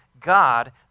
God